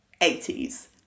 80s